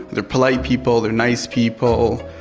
they are polite people, they are nice people,